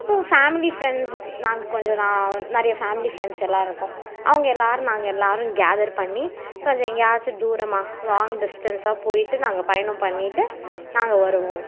அப்புறோம் family friends நாங்கள் கொஞ்சம் நான் நிறையா ஃபேமிலி ஃப்ரெண்ட்ஸ் எல்லாம் இருக்கோம் அவங்க எல்லாரும் நாங்கள் எல்லாரும் கேதர் பண்ணி கொஞ்சம் எங்கேயாச்சும் தூரமாக லாங் டிஸ்டன்ஸ்ஸாக போய்விட்டு நாங்கள் பயணம் பண்ணிவிட்டு நாங்கள் வருவோம்